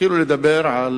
התחילו לדבר על